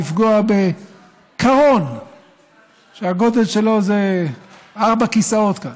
לפגוע בקרון שהגודל שלו זה ארבעה כיסאות כאן,